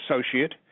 associate